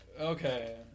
Okay